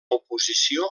oposició